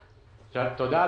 תודה,